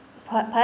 p~ pe~